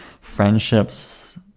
friendships